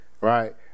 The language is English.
right